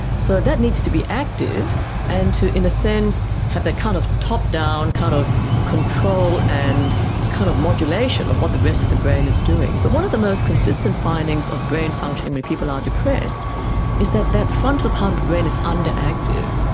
so that needs to be active and to have that kind of top-down kind of control and kind of modulation of what the rest of the brain is doing. so one of the most consistent findings of brain functioning when people are depressed is that that frontal part of the brain is under-active,